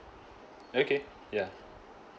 okay ya